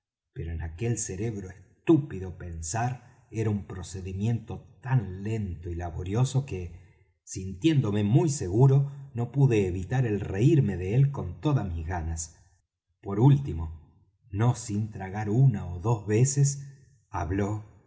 pero en aquel cerebro estúpido pensar era un procedimiento tan lento y laborioso que sintiéndome muy seguro no pude evitar el reirme de él con todas mis ganas por último no sin tragar una ó dos veces habló